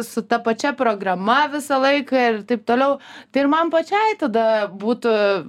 su ta pačia programa visą laiką ir taip toliau tai ir man pačiai tada būtų